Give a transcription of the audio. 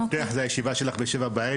המפתח הוא הישיבה שלך ב-7 בערב,